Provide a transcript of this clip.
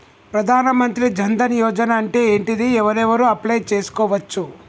ప్రధాన మంత్రి జన్ ధన్ యోజన అంటే ఏంటిది? ఎవరెవరు అప్లయ్ చేస్కోవచ్చు?